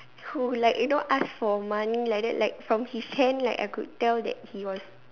who like you know ask for money like that like from his hand like I could tell that he was